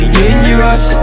dangerous